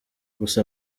gusa